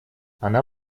она